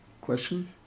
Question